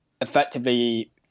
effectively